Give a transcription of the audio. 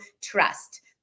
trust